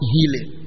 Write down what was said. Healing